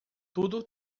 tudo